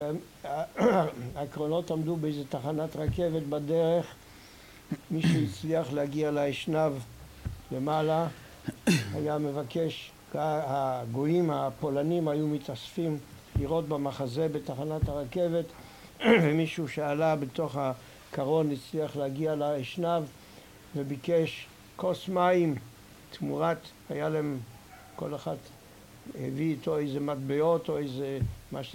הקרונות עמדו באיזה תחנת רכבת בדרך מישהו הצליח להגיע לאשנב למעלה היה מבקש, הגויים הפולנים היו מתאספים לראות במחזה בתחנת הרכבת ומישהו שעלה בתוך הקרון הצליח להגיע לאשנב וביקש כוס מים תמורת, היה להם, כל אחת הביא איתו איזה מטבעות או איזה מה ש...